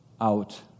out